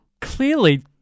Clearly